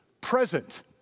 present